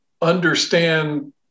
understand